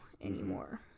anymore